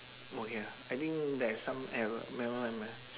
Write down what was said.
okay ah I think there is some error nevermind nevermind